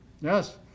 Yes